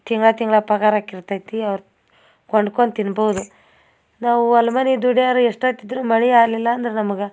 ತಿಂಗ್ಳು ತಿಂಗ್ಳು ಪಗಾರ ಆಕಿರ್ತೈತಿ ಅವ್ರು ಕೊಂಡ್ಕೊಂಡು ತಿನ್ಬೋದು ನಾವು ಹೊಲ್ ಮನೆ ದುಡಿಯೋರು ಎಷ್ಟೊತ್ತಿದ್ದರೂ ಮಳೆ ಆಗ್ಲಿಲ್ಲ ಅಂದ್ರೆ ನಮಗೆ